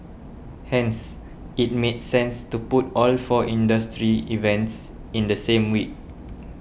hence it made sense to put all four industry events in the same week